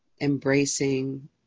embracing